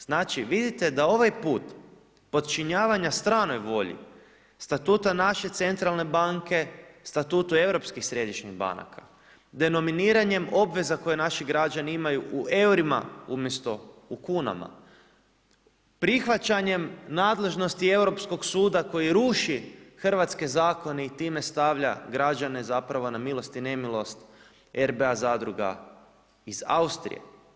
Znači vidite da ovaj put podčinjavanja strnoj volji, statuta našoj centralne banke, statutu europskih središnjih banaka, denominirane obveza koje naši građani imaju u eurima umjesto u kunama, prihvaćanjem nadležnosti Europskog suda, koji ruši hrvatske zakone i time stavlja, građane, zapravo na milost i nemilost RBA zadruga iz Austrije.